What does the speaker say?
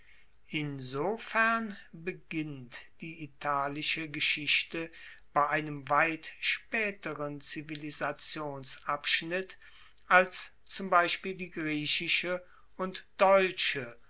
insofern beginnt die italische geschichte bei einem weit spaeteren zivilisationsabschnitt als zum beispiel die griechische und deutsche